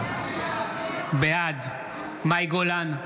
בעד מאי גולן,